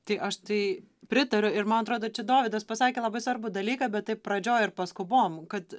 tai aš tai pritariu ir man atrodo čia dovydas pasakė labai svarbų dalyką bet taip pradžioj ir paskubom kad